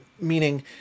meaning